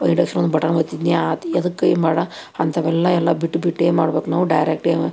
induction ಒಂದು button ಒತ್ತಿದ್ದನ್ನೇ ಆಯ್ತು ಎದಕ್ಕೇ ಮಾಡೋ ಅಂಥವೆಲ್ಲ ಎಲ್ಲ ಬಿಟ್ಬಿಟ್ಟೇ ಮಾಡ್ಬೇಕು ನಾವು ಡೈರೆಕ್ಟ್